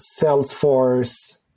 Salesforce